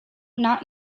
not